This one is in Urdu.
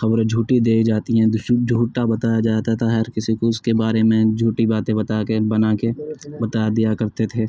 خبریں جھوٹی دے جاتی ہیں جھوٹا بتایا جاتا تھا ہر کسی کو اس کے بارے میں جھوٹی باتیں بتا کے بنا کے بتا دیا کرتے تھے